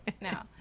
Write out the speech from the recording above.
No